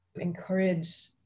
encourage